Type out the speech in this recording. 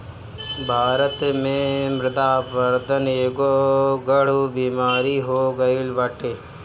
भारत में मृदा अपरदन एगो गढ़ु बेमारी हो गईल बाटे